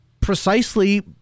Precisely